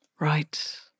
Right